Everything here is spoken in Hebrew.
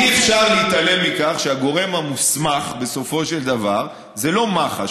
אי-אפשר להתעלם מכך שהגורם המוסמך בסופו של דבר זה לא מח"ש.